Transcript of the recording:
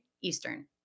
Eastern